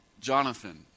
Jonathan